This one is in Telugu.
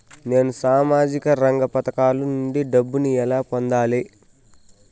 నేను సామాజిక రంగ పథకాల నుండి డబ్బుని ఎలా పొందాలి?